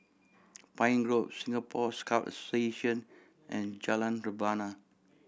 Pine Grove Singapore Scout Association and Jalan Rebana